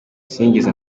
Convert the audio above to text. sinigeze